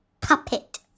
Puppet